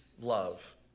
love